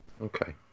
Okay